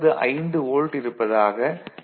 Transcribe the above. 95 volt இருப்பதாக கருதிக் கொள்வோம்